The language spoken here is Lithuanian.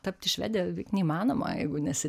tapti švede beveik neįmanoma jeigu nesi